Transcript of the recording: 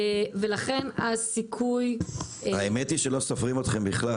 ולכן הסיכוי -- האמת היא שלא סופרים אתכם בכלל,